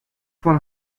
one